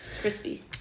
crispy